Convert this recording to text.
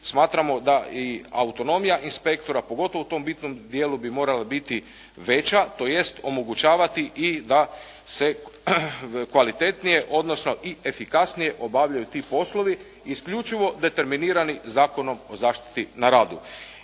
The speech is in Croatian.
smatramo da i autonomija inspektora pogotovo u tom bitnom dijelu bi morala biti veća, tj. omogućavati i da se kvalitetnije odnosno i efikasnije obavljaju ti poslovi isključivo determinirani Zakonom o zaštiti na radu.